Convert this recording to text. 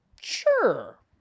Sure